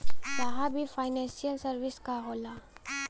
साहब इ financial service का होला?